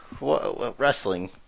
Wrestling